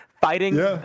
fighting